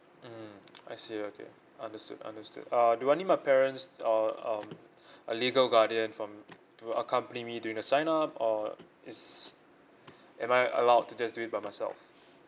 mmhmm I see okay understood understood uh do I need my parents uh um a legal guardian from to accompany me doing the sign up or is am I allowed to just do it by myself